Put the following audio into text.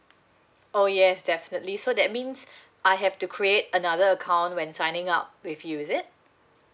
oh yes definitely so that means I have to create another account when signing up with you is it